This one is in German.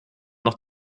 noch